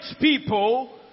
people